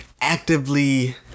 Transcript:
actively